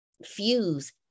Fuse